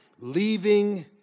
Leaving